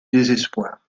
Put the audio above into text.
désespoir